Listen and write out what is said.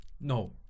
No